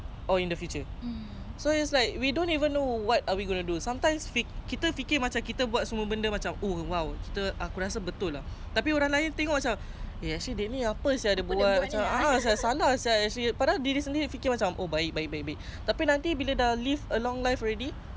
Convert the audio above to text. tapi nanti bila dah live a long life already fikir balik macam like oh my god what the hell man what is this like what did I do like something like that lah like so sekarang for the mak and minah I feel sorry for them ah because they maybe tak dia kurang ajar